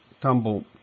tumble